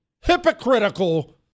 hypocritical